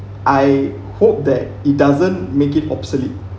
I hope that it doesn't make it obsolete